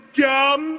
gum